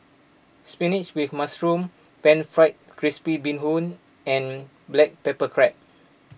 Spinach with Mushroom Pan Fried Crispy Bee Hoon and Black Pepper Crab